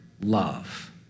love